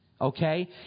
Okay